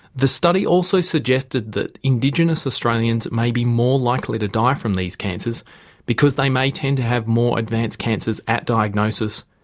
the study also suggested that indigenous australians may be more likely to die from these cancers because they may tend to have more advanced cancers at diagnosis,